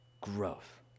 Growth